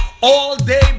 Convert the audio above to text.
all-day